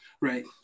Right